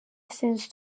sens